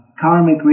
karmic